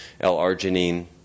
L-arginine